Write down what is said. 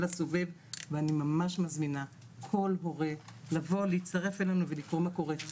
הסובב ואני ממש מזמינה כל הורה לבוא להצטרף אלינו ולקרוא מה קורה,